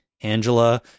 Angela